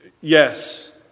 Yes